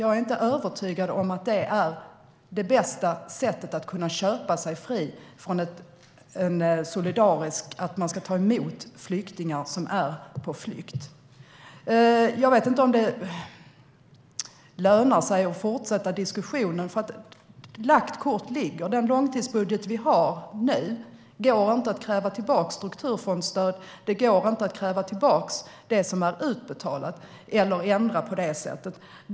Jag är inte övertygad om att det bästa sättet är att kunna köpa sig fri från att solidariskt ta emot flyktingar som är på flykt. Jag vet inte om det lönar sig att fortsätta diskussionen, för lagt kort ligger, med den långtidsbudget som vi har nu. Det går inte att kräva tillbaka strukturfondsstöd. Det går inte att kräva tillbaka det som är utbetalt eller ändra på det sättet.